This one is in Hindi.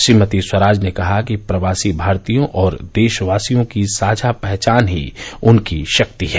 श्रीमती स्वराज ने कहा कि प्रवासी भारतीयों और देशवासियों की साझा पहचान ही उनकी शक्ति है